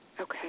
Okay